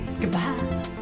Goodbye